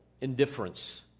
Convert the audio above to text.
indifference